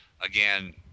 again